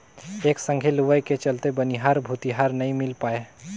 एके संघे लुवई के चलते बनिहार भूतीहर नई मिल पाये